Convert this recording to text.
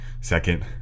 second